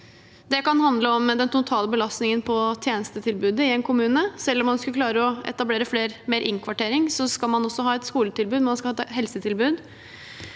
Det kan handle om den totale belastningen på tjenestetilbudet i en kommune. Selv om man skulle klare å etablere mer innkvartering, skal man også ha et skoletilbud